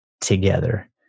together